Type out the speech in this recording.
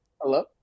Hello